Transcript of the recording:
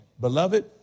Beloved